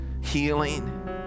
healing